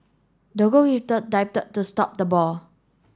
the dived to stop the ball